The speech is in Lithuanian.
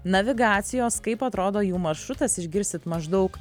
navigacijos kaip atrodo jų maršrutas išgirsit maždaug